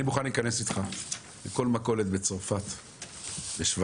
אני מוכן להיכנס לך לכל מכולת בצרפת, בשוויץ,